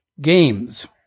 Games